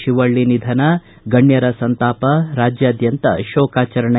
ಶಿವಳ್ಳಿ ನಿಧನ ಗಣ್ಯರ ಸಂತಾಪ ರಾಜ್ಯಾದ್ಯಂತ ಶೋಕಾಚರಣೆ